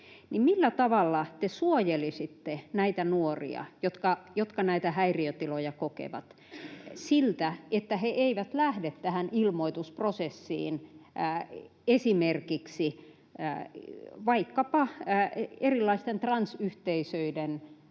millä tavalla te suojelisitte näitä nuoria, jotka näitä häiriötiloja kokevat, siltä, että he eivät lähde tähän ilmoitusprosessiin esimerkiksi vaikkapa erilaisten transyhteisöiden